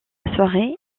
soirée